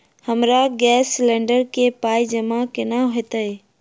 हमरा gas cylinder केँ पाई जमा केना हएत?